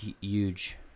huge